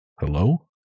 Hello